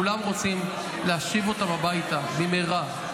כולם רוצים להשיב אותם הביתה במהרה.